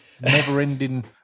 never-ending